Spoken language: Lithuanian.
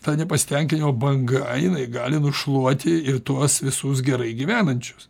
ta nepasitenkinimo banga jinai gali nušluoti ir tuos visus gerai gyvenančius